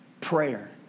prayer